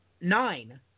nine